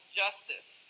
justice